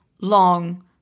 long